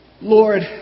Lord